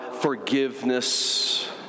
forgiveness